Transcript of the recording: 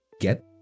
get